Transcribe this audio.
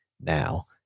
now